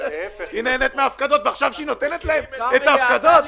נותנת להם עכשיו את ההפקדות,